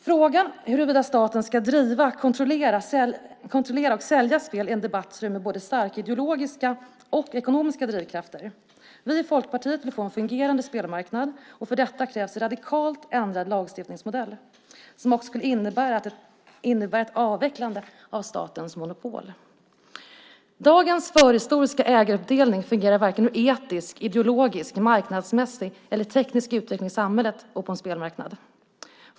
Frågan huruvida staten ska driva, kontrollera, sälja spel är en debatt som rymmer starka ideologiska och ekonomiska drivkrafter. Vi i Folkpartiet vill få en fungerande spelmarknad, och för detta krävs en radikalt ändrad lagstiftningsmodell som också skulle innebära ett avvecklande av statens monopol. Dagens förhistoriska ägaruppdelning fungerar inte med en etisk, ideologisk, marknadsmässig eller teknisk utveckling i samhället och på en spelmarknad.